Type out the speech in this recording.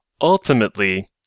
Ultimately